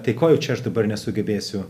tai ko jau čia aš dabar nesugebėsiu